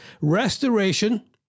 Restoration